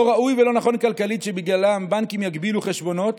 לא ראוי ולא נכון כלכלית שבגללם בנקים יגבילו חשבונות.